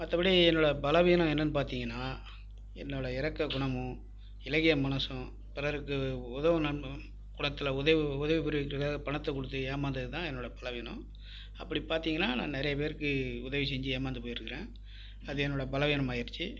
மற்றப்படி என்னுடைய பலவீனம் என்னெனனு பார்த்தீங்கனா என்னோடய இரக்க குணமும் இலகிய மனசும் பிறருக்கு உதுவும் உதவி புரியர்துக்காக பணத்தை கொடுத்து ஏமாந்தது தான் என்னோடய பலவீனம் அப்படி பார்த்தீங்கனா நான் நிறைய பேருக்கு உதவி செஞ்சு ஏமார்ந்து போயிருக்கேன் அது என்னோடய பலவீனமாயிடுச்சு